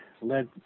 led